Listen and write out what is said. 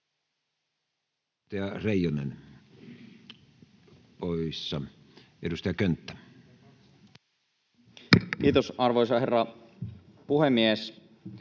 Edustaja Reijonen poissa. — Edustaja Könttä. Kiitos, arvoisa herra puhemies!